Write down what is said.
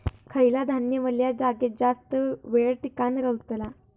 खयला धान्य वल्या जागेत जास्त येळ टिकान रवतला?